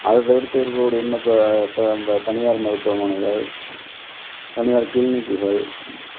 அத தவிர்த்து இருக்கக்கூடிய இன்னும் இப்போ இப்போ நம்ம தனியார் மருத்துவமனைகள் தனியார் கிளினிக்குகள்